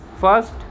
First